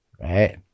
right